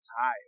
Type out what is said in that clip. tired